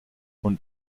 und